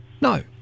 no